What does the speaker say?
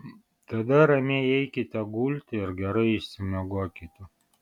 tada ramiai eikite gulti ir gerai išsimiegokite